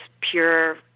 pure